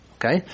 Okay